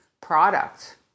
product